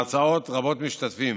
הרצאות רבות-משתתפים,